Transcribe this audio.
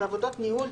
עבודות ניהול,